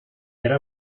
era